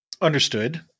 Understood